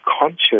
conscious